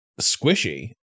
squishy